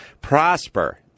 Prosper